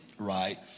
Right